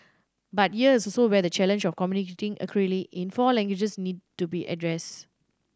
but here is also where the challenge of communicating accurately in four languages needs to be addressed